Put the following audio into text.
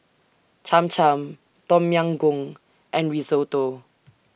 Cham Cham Tom Yam Goong and Risotto